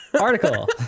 article